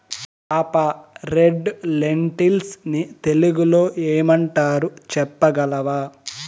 పాపా, red lentils ని తెలుగులో ఏమంటారు చెప్పగలవా